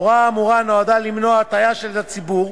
ההוראה האמורה נועדה למנוע הטעיה של הציבור,